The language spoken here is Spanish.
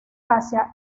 hasta